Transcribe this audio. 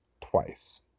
twice